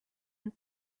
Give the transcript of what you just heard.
and